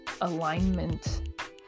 alignment